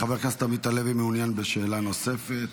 חבר הכנסת עמית הלוי מעוניין בשאלה נוספת.